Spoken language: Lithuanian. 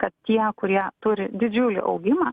kad tie kurie turi didžiulį augimą